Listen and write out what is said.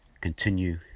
continue